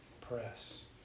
press